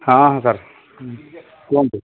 ହଁ ହଁ ସାର୍ କୁହନ୍ତୁ